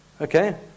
Okay